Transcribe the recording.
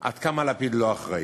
עד כמה לפיד לא אחראי,